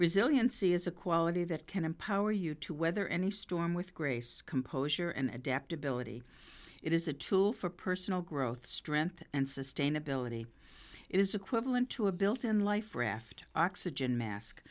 resiliency is a quality that can empower you to weather any storm with grace composure and adaptability it is a tool for personal growth strength and sustainability is equivalent to a built in life raft oxygen mask